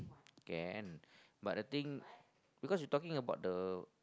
can but I think because you talking about the